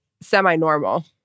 semi-normal